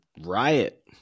riot